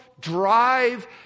drive